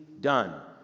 done